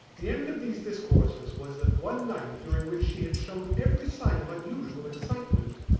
the end of these discourses was that one night during which she had shown every sign of unusual excitement,